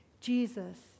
Jesus